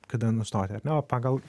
kada nustoti ar ne vat pagal